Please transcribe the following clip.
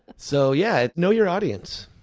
so yeah, know your audience.